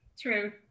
True